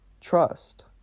trust